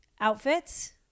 outfits